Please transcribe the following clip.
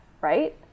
right